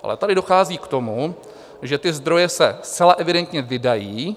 Ale tady dochází k tomu, že ty zdroje se zcela evidentně vydají.